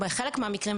בחלק מהמקרים,